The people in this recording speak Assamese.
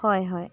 হয় হয়